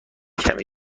کمی